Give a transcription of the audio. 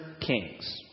kings